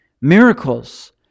miracles